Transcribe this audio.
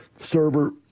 server